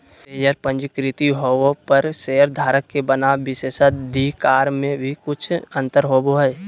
share पंजीकृत होबो पर शेयरधारक के बनाम विशेषाधिकार में भी कुछ अंतर होबो हइ